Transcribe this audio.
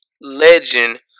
legend